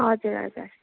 हजुर हजुर